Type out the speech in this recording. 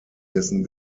dessen